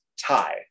tie